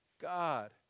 God